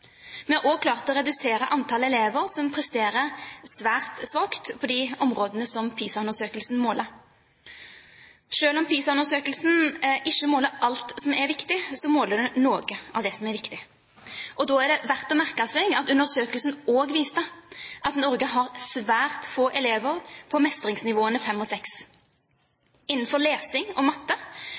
Vi har også klart å redusere antallet elever som presterer svært svakt på de områdene PISA-undersøkelsen måler. Selv om PISA-undersøkelsen ikke måler alt som er viktig, så måler den noe av det som er viktig. Da er det verdt å merke seg at undersøkelsen også viste at Norge har svært få elever på mestringsnivåene 5 og 6. Innenfor lesing og matte